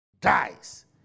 dies